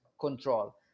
control